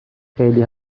خیلی